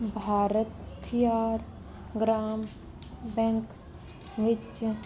ਭਰਥਿਅਰ ਗ੍ਰਾਮ ਬੈਂਕ ਵਿੱਚ